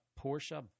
Porsche